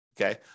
okay